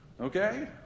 Okay